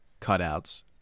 cutouts